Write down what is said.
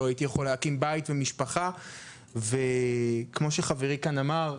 לא הייתי יכול להקים בית ומשפחה וכמו שחברי כאן אמר,